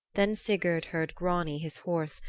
then sigurd heard grani, his horse,